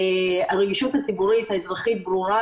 הדאיגו ציבורית, ובצדק.